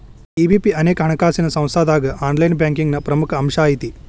EBP ಅನೇಕ ಹಣಕಾಸಿನ್ ಸಂಸ್ಥಾದಾಗ ಆನ್ಲೈನ್ ಬ್ಯಾಂಕಿಂಗ್ನ ಪ್ರಮುಖ ಅಂಶಾಐತಿ